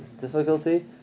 difficulty